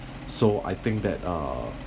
so I think that uh